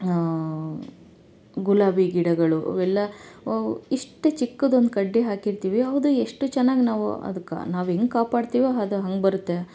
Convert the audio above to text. ಗುಲಾಬಿ ಗಿಡಗಳು ಅವು ಎಲ್ಲ ಇಷ್ಟು ಚಿಕ್ಕುದೊಂದು ಕಡ್ಡಿ ಹಾಕಿರ್ತೀವಿ ಹೌದು ಎಷ್ಟು ಚೆನ್ನಾಗಿ ನಾವು ಅದ್ಕೆ ನಾವು ಹೆಂಗೆ ಕಾಪಾಡ್ತೀವೋ ಅದು ಹಂಗೇ ಬರುತ್ತೆ